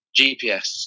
gps